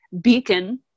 beacon